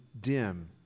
dim